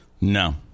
No